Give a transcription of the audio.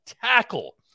tackle